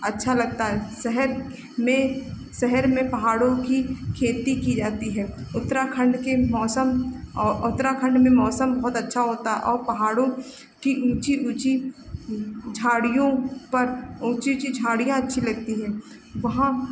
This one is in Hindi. अच्छा लगता है शहर में शहर में पहाड़ों की खेती की जाती है उत्तराखण्ड के मौसम और उत्तराखण्ड में मौसम बहुत अच्छा होता है और पहाड़ों की ऊँची ऊँची झाड़ियों पर ऊँची ऊँची झाड़ियाँ अच्छी लगती हैं वहाँ